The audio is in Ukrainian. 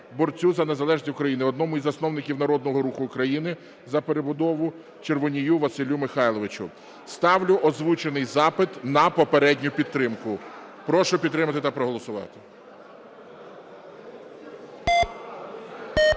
борцю за незалежність України, одному із засновників Народного руху України за перебудову Червонію Василю Михайловичу. Ставлю озвучений запит на попередню підтримку. Прошу підтримати та проголосувати.